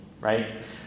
right